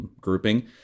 grouping